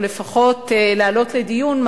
או לפחות להעלות לדיון,